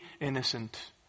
innocent